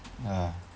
ah